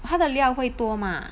他的料会多吗